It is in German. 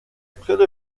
brille